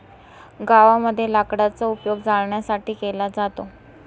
गावामध्ये लाकडाचा उपयोग जळणासाठी केला जातो